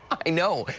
i know.